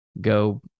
go